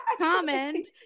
comment